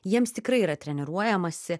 jiems tikrai yra treniruojamasi